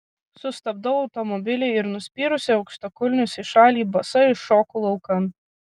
sustabdau automobilį ir nuspyrusi aukštakulnius į šalį basa iššoku laukan